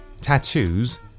tattoos